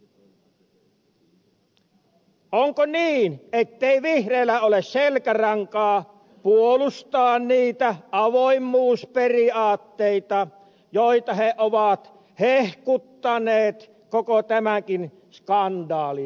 onko niin ettei vihreillä ole selkärankaa puolustaa niitä avoimuusperiaatteita joita he ovat hehkuttaneet koko tämänkin skandaalin ajan